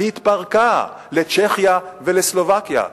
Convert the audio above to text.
התפרקה לצ'כיה ולסלובקיה,